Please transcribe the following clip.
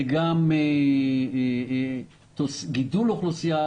גם גידול אוכלוסייה,